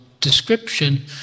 description